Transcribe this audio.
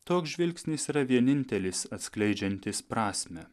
toks žvilgsnis yra vienintelis atskleidžiantis prasmę